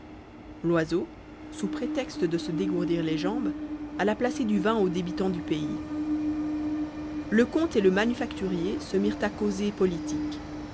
loiseau sous prétexte de se dégourdir les jambes alla placer du vin aux débitants du pays le comte et le manufacturier se mirent à causer politique